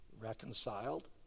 reconciled